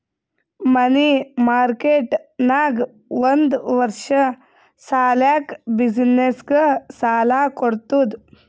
ಮನಿ market ನಾಗ್ ಒಂದ್ ವರ್ಷ ಸಲ್ಯಾಕ್ ಬಿಸಿನ್ನೆಸ್ಗ ಸಾಲಾ ಕೊಡ್ತುದ್